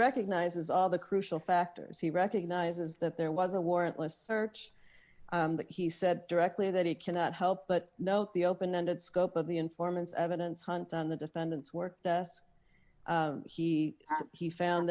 recognizes all the crucial factors he recognizes that there was a warrantless search that he said directly that he cannot help but note the open ended scope of the informants evidence hunt on the defendants work he he found